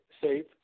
safe